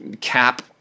cap